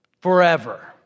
forever